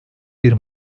bir